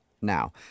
now